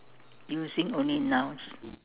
using only nouns